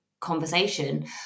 conversation